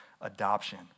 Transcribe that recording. adoption